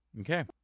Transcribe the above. Okay